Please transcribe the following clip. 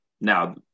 Now